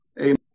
Amen